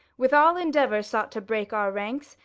with all endeavor sought to break our ranks,